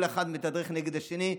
כל אחד מתדרך נגד השני,